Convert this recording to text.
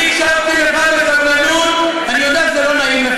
לי חשוב שהאוכלוסיות החלשות בצה"ל לא ייפגעו משיקולים תקציביים,